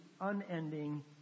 unending